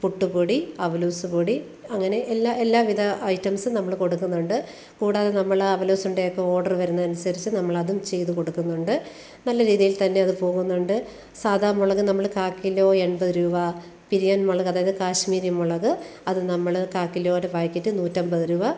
പുട്ടുപൊടി അവലോസ്പൊടി അങ്ങനെ എല്ലാ എല്ലാവിധ ഐറ്റംസും നമ്മൾ കൊടുക്കുന്നുണ്ട് കൂടാതെ നമ്മൾ ആ അവലോസുണ്ടയൊക്കെ ഓഡറ് വരുന്നതനുസരിച്ച് നമ്മളതും ചെയ്ത് കൊടുക്കുന്നുണ്ട് നല്ല രീതിയില്ത്തന്നെ അത് പോകുന്നുണ്ട് സാധാ മുളക് നമ്മൾ കാൽ കിലോ എണ്പത് രൂപ പിരിയന് മുളക് അതായത് കാശ്മീരി മുളക് അത് നമ്മൾ കാൽ കിലോന്റെ പായ്ക്കറ്റ് നൂറ്റമ്പത് രൂപ